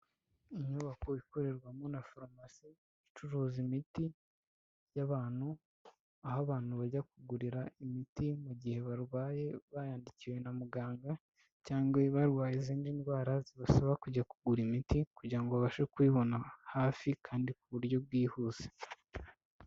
Inyubako ikorerwamo na farumasi icuruza imiti y'abantu, aho abantu bajya kugurira imiti mu gihe barwaye bayandikiwe na muganga, cyangwa barwaye izindi ndwara zibasaba kujya kugura imiti kugira ngo babashe kuyibona hafi kandi ku buryo bwihuse.